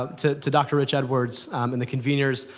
ah to to dr. rich-edwards and the conveners,